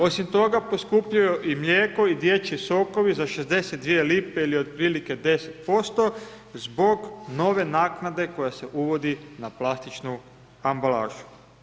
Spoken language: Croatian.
Osim toga, poskupljuju i mlijeko i dječji sokovi za 0,62 kn ili otprilike 10% zbog nove naknade koja se uvodi na plastičnu ambalažu.